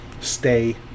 stay